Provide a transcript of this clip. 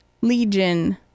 Legion